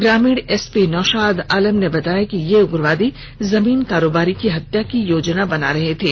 ग्रामीण एसपी नौशाद आलम ने बताया कि ये उग्रवादी जमीन कारोबारी की हत्या की योजना बना रहे थे